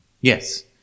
Yes